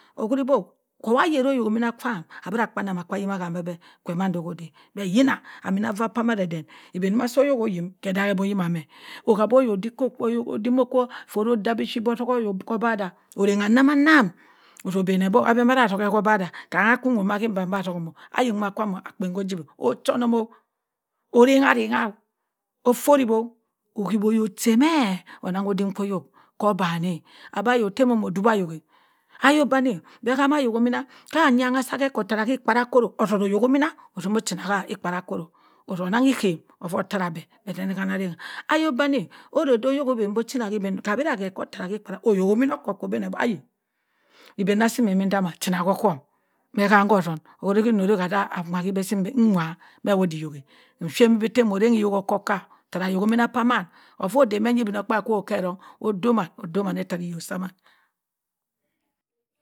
Owuri bo ko wa yari oyok mina kwaam abira akanna aku rima kam a be mando ko oda but yinna aminafa madadun ida sa oyok oyim ke odaak be oyim me kam bi odin kwa oyok oki fot odo id oko atzuka ayok ku obadha orrung anam anam otzu ben bo atzuke ku obadha kam wha kim danng bu ka atzum-o ayi nwa kwaan akpen ko ojiwi ochi onnom-o ora arannga ovo orip-o oyimwi oyok ghan mẹ onnan odim kwu oyok obanna abi ayo tamomo odik ayok-a ayok banni bẹ nan ohomina ottokh oyok minna ochina ki apara akoro osu onnan ikam ofa ottara be, be azumi ma arrang ayok bani aru oyok obenbi ochina ki i ba ma ka ira ke ottara ki ottara oyok mimi okaka obenbi ayi iba sa iben bi enda ma china ko ohohom akam ka azum owuri ki wuri bi si nwa meh wo da oyoka apham bi ta mo ranng ida okko ka tara ayok mima pa man ovo oda mẹ ibinokpaabyi so owowh ke erong obo man ttara iyok sa man